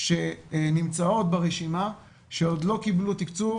שנמצאות ברשימה שעוד לא קיבלו תקצוב,